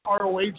ROH